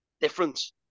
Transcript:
difference